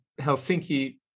Helsinki